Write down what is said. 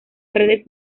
redes